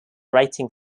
writing